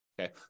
Okay